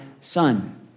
son